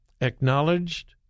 acknowledged